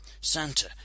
Santa